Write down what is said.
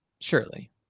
Surely